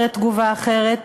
אומרת תגובה אחרת,